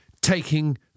taking